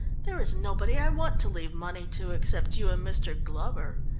there is nobody i want to leave money to except you and mr. glover.